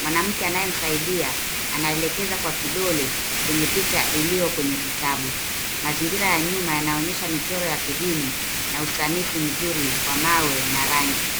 Mwanamke anayemsaidia, anaelekeza kwa kidole, kwenye picha iliyo kwenye kitabu. Mazingira ya nyuma yanaonyesha michoro ya kidini, na usanifu mzuri wa mawe na rangi.